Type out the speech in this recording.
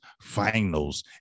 finals